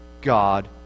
God